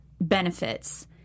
benefits